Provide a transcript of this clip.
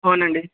అవునండి